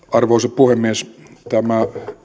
arvoisa puhemies tämä